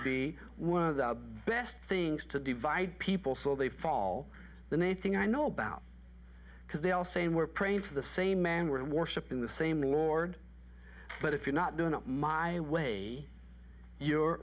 be one of the best things to divide people so they fall the nate thing i know about because they all saying we're praying to the same man were worshipping the same lord but if you're not doing it my way you're